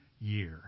year